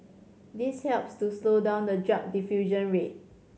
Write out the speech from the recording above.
this helps to slow down the drug diffusion rate